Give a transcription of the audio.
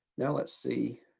now let's see,